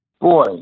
Boy